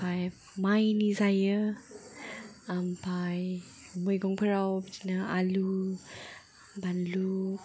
ओमफ्राय माइनि जायो ओमफ्राय मैगंफोराव बिदिनो आलु बानलु